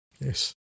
Yes